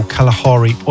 Kalahari